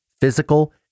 physical